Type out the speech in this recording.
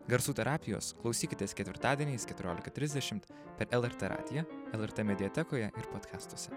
garsų terapijos klausykitės ketvirtadieniais keturiolika trisdešimt per lrt radiją lrt mediatekoje ir podkestuose